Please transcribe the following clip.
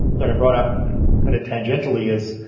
that i brought up kind of tangentially, is.